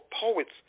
poets